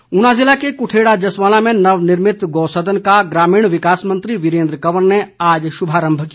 गौसदन ऊना ज़िले के कुठेड़ा जसवालां में नवनिर्मित गौसदन का ग्रामीण विकास मंत्री वीरेन्द्र कंवर ने आज शुभारम्भ किया